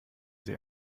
sie